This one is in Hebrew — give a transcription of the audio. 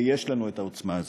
ויש לנו העוצמה הזאת.